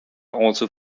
also